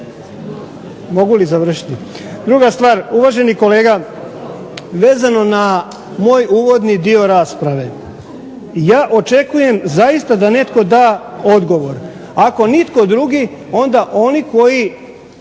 mogu li završiti? Druga stvar, uvaženi kolega, vezano na moj uvodni dio rasprave ja očekujem zaista da da netko odgovor, ako nitko drugi, onda oni koji